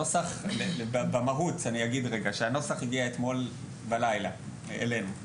במהות אני אגיד שהנוסח הגיע אתמול בלילה אלינו.